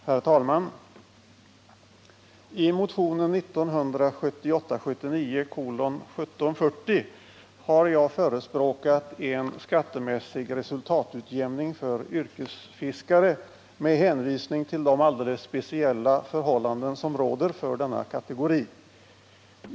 Herr talman! I motionen 1978/79:1740 har jag förespråkat en skattemässig resultatutjämning för yrkesfiskare med hänvisning till de alldeles speciella förhållanden som råder för denna kategori.